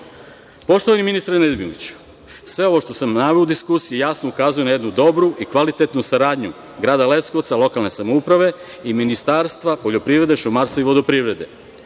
dinara. Poštovani ministre Nedimoviću, sve ovo što sam naveo u diskusiji jasno ukazuje na jednu dobru i kvalitetnu saradnju grada Leskovca, lokalne samouprave i Ministarstva poljoprivrede, šumarstva i vodoprivrede.